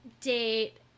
date